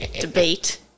debate